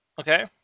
Okay